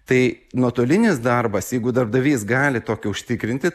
tai nuotolinis darbas jeigu darbdavys gali tokį užtikrinti